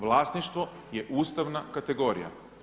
Vlasništvo je ustavna kategorija.